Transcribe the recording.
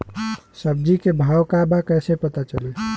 सब्जी के भाव का बा कैसे पता चली?